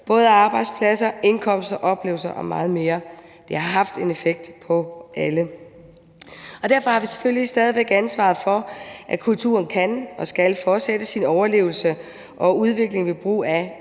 til arbejdspladser, indkomst, oplevelser og meget mere. Det har haft en effekt på alle. Derfor har vi selvfølgelig stadig ansvaret for, at kulturen kan og skal fortsætte sin overlevelse og udvikling ved brug af